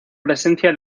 presencia